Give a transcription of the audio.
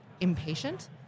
impatient